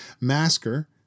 Masker